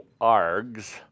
args